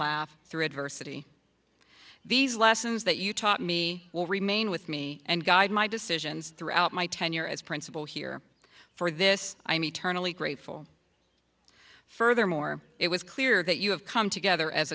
laugh through adversity these lessons that you taught me will remain with me and guide my decisions throughout my tenure as principal here for this i'm eternally grateful furthermore it was clear that you have come together as